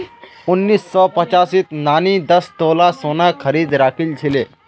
उन्नीस सौ पचासीत नानी दस तोला सोना खरीदे राखिल छिले